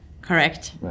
Correct